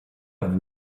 have